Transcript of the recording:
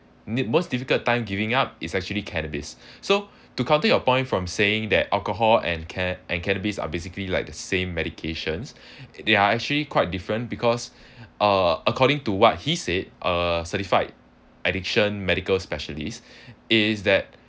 need most difficult time giving up is actually cannabis so to counter your point from saying that alcohol and ca~ and cannabis are basically like the same medications they are actually quite different because uh according to what he said uh certified addiction medical specialist is that